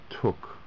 took